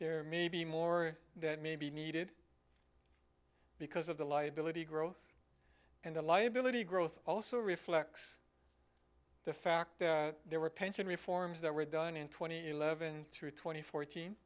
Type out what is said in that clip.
there may be more that may be needed because of the liability growth and the liability growth also reflects the fact that there were pension reforms that were done in twenty eleven through twenty fourteen